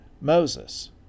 Moses